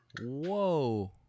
Whoa